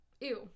Ew